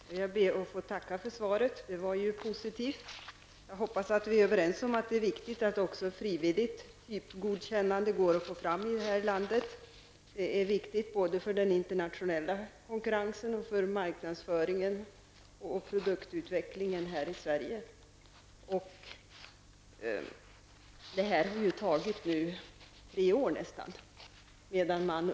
Fru talman! Jag ber att få tacka för svaret. Det var ju positivt. Jag hoppas att vi är överens om att det är viktigt att också ett frivilligt typgodkännande går att få fram i det här landet. Det är viktigt både för den internationella konkurrensen, för marknadsföringen och för produktutvecklingen här i Sverige. Detta har tagit nästan tre år.